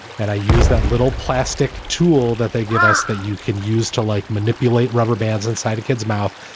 and i use that little plastic tool that they give us that you can use to like manipulate rubber bands inside a kid's mouth.